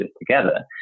together